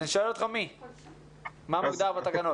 לי יש שאלה לייעוץ המשפטי.